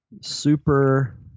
Super